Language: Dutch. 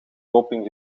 doping